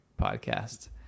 podcast